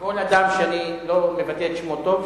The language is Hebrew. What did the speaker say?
כל אדם שאני לא מבטא את שמו טוב,